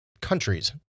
countries